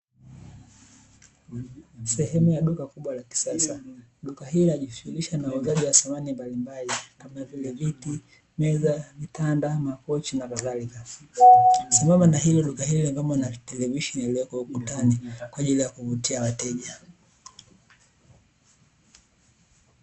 Sehemu ya duka kubwa la kisasa duka hili linajushughulisha na uuzaji wa samani mbalimbali kama vile: viti meza, makochi na vitanda na kadhalika, sambamba na hilo duka hilo lina televisheni iliyowekwa ukutani kwa ajili ya kuvutia wateja.